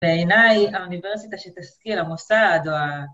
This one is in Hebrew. בעיניי האוניברסיטה שתזכיר, המוסד או ה...